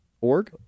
org